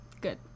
good